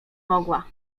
mogła